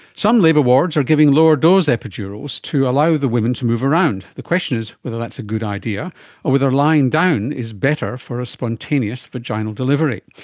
some labour wards are giving lower dose epidurals to allow the women to move around. the question is whether that's a good idea or whether lying down is better for a spontaneous vaginal delivery.